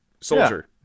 soldier